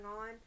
on